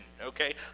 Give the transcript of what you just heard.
okay